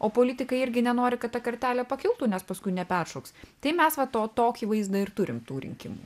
o politikai irgi nenori kad ta kartelė pakiltų nes paskui neperšoks tai mes va to tokį vaizdą ir turim tų rinkimų